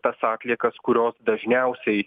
tas atliekas kurios dažniausiai